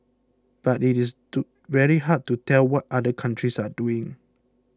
but it is to very hard to tell what other countries are doing